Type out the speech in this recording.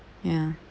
ya